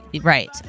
Right